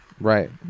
right